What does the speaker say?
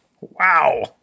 Wow